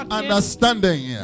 understanding